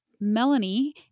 Melanie